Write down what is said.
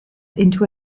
into